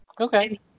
Okay